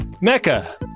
Mecca